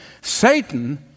Satan